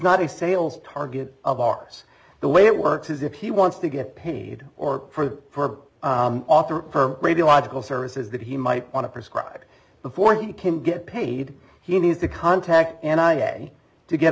not a sales target of ours the way it works is if he wants to get paid or for the for author per radiological services that he might want to prescribe before he can get paid he needs to contact and i may to get